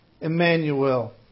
Emmanuel